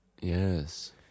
Yes